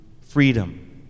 freedom